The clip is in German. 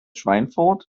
schweinfurt